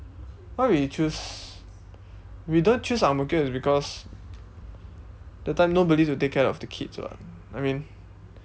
why we choose we don't choose ang-mo-kio is because that time nobody will take care of the kids [what] I mean